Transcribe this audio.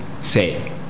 say